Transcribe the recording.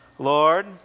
Lord